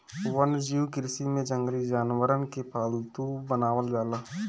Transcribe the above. वन्यजीव कृषि में जंगली जानवरन के पालतू बनावल जाला